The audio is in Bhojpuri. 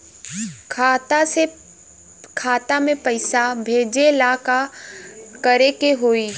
खाता से खाता मे पैसा भेजे ला का करे के होई?